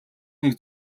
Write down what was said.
нэг